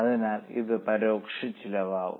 അതിനാൽ ഇത് പരോക്ഷമായ ചിലവാകും